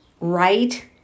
right